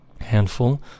handful